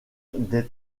des